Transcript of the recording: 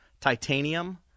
titanium